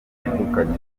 batandukanye